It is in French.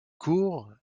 court